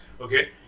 Okay